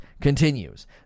continues